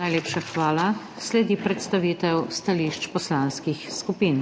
Najlepša hvala. Sledi predstavitev stališč poslanskih skupin.